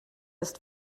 ist